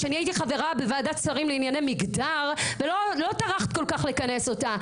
שאני הייתי חברה בוועדת שרים לענייני מגדר ולא טרחת כל כך לכנס אותה.